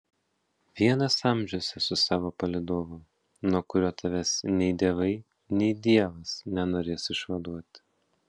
vienas amžiuose su savo palydovu nuo kurio tavęs nei dievai nei dievas nenorės išvaduoti